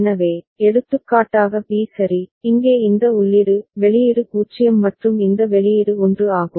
எனவே எடுத்துக்காட்டாக b சரி இங்கே இந்த உள்ளீடு வெளியீடு 0 மற்றும் இந்த வெளியீடு 1 ஆகும்